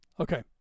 Okay